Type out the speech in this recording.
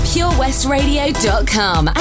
PureWestRadio.com